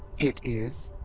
it is.